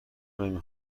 نمی